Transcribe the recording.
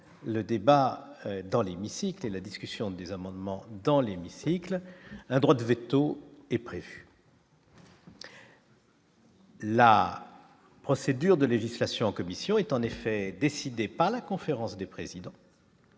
le débat dans l'hémicycle et la discussion des amendements dans l'hémicycle un droit de véto est prêt. La procédure de législation en commission est en effet décidée par la conférence des présidents